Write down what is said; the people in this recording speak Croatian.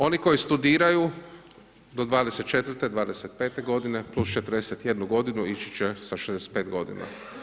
Oni koji studiraju do 24, 25 godine, plus 41 godinu, ići će sa 65 godina.